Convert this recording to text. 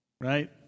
right